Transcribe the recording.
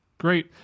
Great